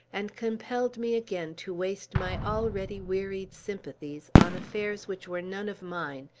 and compelled me again to waste my already wearied sympathies on affairs which were none of mine,